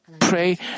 pray